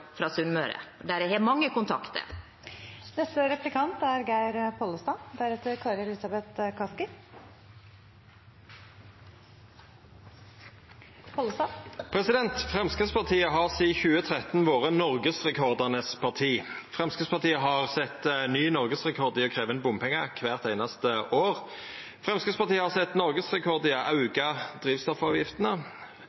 Sunnmøre, der jeg har mange kontakter. Framstegspartiet har sidan 2013 vore partiet for noregsrekordar. Framstegspartiet har sett ny noregsrekord i å krevja inn bompengar kvart einaste år. Framstegspartiet har sett noregsrekord i å auka drivstoffavgiftene. Framstegspartiet har noregsrekorden i